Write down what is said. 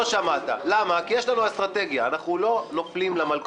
לא שמעת תגובה מהליכוד כי יש לנו אסטרטגיה.